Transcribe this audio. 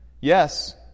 yes